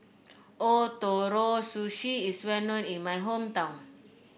Ootoro Sushi is well known in my hometown